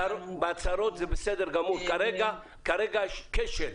בהצהרות זה בסדר גמור, אבל כרגע יש כשל.